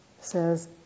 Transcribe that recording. says